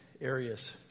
areas